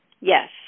Yes